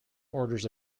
orders